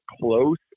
close